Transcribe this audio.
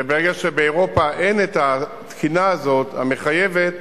וברגע שבאירופה אין התקינה הזאת, המחייבת,